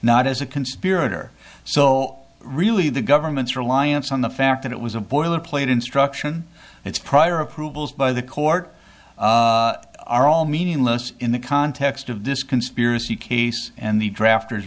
not as a conspirator so really the government's reliance on the fact that it was a boilerplate instruction its prior approvals by the court are all meaningless in the context of this conspiracy case and the draft